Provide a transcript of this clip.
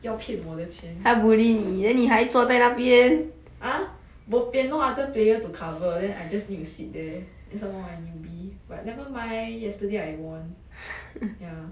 要骗我的钱 ah bo pian lor no other player to cover then I just need to sit there then some more I newbie but never mind yesterday I won ya